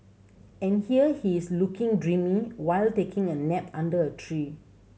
and here he is looking dreamy while taking a nap under a tree